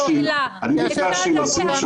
--- אני ביקשתי לשים שם